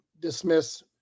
dismiss